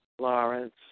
Lawrence